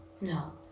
no